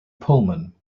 pullman